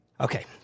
Okay